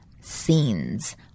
scenes